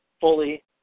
fully